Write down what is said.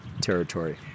territory